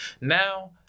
Now